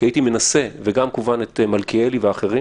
כמובן, גם מלכיאלי ואחרים.